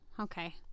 Okay